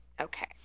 Okay